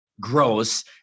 gross